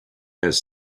has